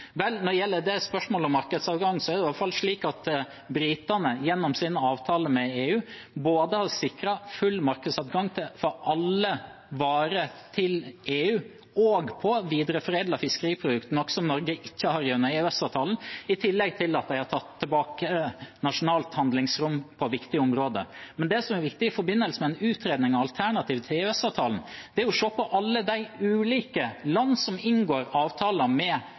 Når det gjelder spørsmålet om markedsadgang, er det i alle fall slik at britene gjennom sin avtale med EU har sikret full markedsadgang for alle varer til EU – også på videreforedlet fiskeprodukt, noe Norge ikke har gjennom EØS-avtalen – i tillegg til at de har tatt tilbake nasjonalt handlingsrom på viktige områder. Det som er viktig i forbindelse med en utredning av alternativ til EØS-avtalen, er å se på alle de ulike land som inngår avtaler med